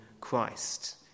Christ